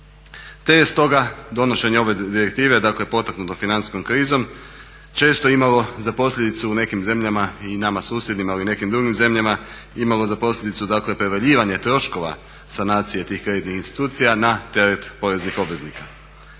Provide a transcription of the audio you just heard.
je stoga donošenje ove direktive, dakle potaknuto financijskom krizom često imalo za posljedicu u nekim zemljama i nama susjednim ali i nekim drugim zemljama imalo za posljedicu dakle …/Govornik se ne razumije./… troškova sanacije tih kreditnih institucija na teret poreznih obveznika.